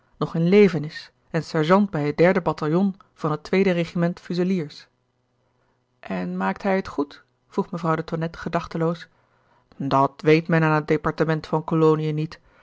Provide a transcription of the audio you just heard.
tonnette in leven is en sergeant bij het derde bataljon van het tweede regiment fuseliers en maakt hij het goed vroeg mevrouw de tonnette gedachteloos dat weet men aan het departement van kolonien niet